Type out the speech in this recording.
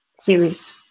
series